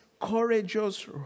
courageous